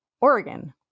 Oregon